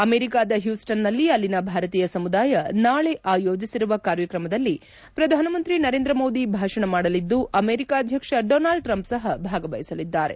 ಅಮೆರಿಕದ ಪ್ಯೂಸ್ಟನ್ನಲ್ಲಿ ಅಲ್ಲಿನ ಭಾರತೀಯ ಸಮುದಾಯ ನಾಳೆ ಆಯೋಜಿಸಿರುವ ಕಾರ್ಯಕ್ರಮದಲ್ಲಿ ಪ್ರಧಾನಮಂತ್ರಿ ನರೇಂದ್ರ ಮೋದಿ ಭಾಷಣ ಮಾಡಲಿದ್ದು ಅಮೆರಿಕ ಅಧ್ಯಕ್ಷ ಡೊನಾಲ್ಡ್ ಟ್ರಂಪ್ ಸಹ ಭಾಗವಹಿಸಲಿದ್ದಾರೆ